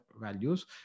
values